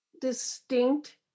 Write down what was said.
distinct